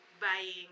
buying